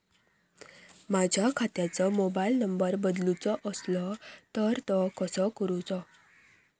माझ्या खात्याचो mobile number बदलुचो असलो तर तो कसो करूचो?